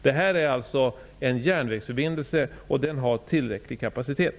Detta är en järnvägsförbindelse, och den har tillräcklig kapacitet.